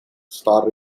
star